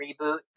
reboot